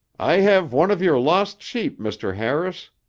i have one of your lost sheep, mr. harris,